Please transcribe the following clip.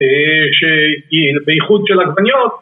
‫שבייחוד של עגבניות...